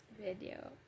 video